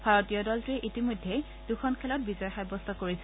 ভাৰতীয় দলটোৱে ইতিমধ্যে দুখন খেলত বিজয় সাব্যস্ত কৰিছে